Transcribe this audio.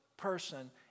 person